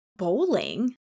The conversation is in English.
bowling